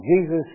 Jesus